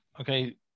okay